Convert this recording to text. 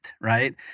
right